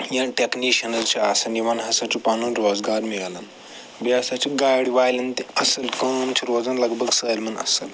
یا ٹٮ۪کنیٖشنٕز چھِ آسن یِامن ہَسا چھُ پنُن روزگار مِلان بیٚیہِ ہَسا چھِ گاڑِ والٮ۪ن تہِ اصٕل کٲم چھِ روزان لگ بگ سٲلِمن اصٕل